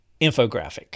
infographic